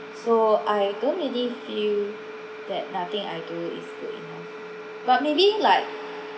so I don't really feel that nothing I do is good enough but may be like